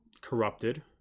corrupted